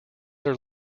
are